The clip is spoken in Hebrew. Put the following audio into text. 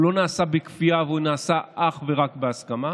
הוא לא נעשה בכפייה והוא נעשה אך ורק בהסכמה.